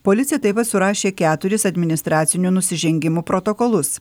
policija taip pat surašė keturis administracinių nusižengimų protokolus